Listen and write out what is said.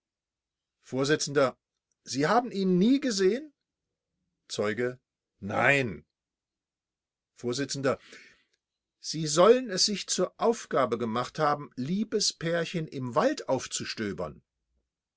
vors sie haben ihn nie gesehen zeuge nein vors sie sollen es sich zur aufgabe gemacht haben liebespärchen im walde aufzustöbern